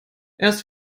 erst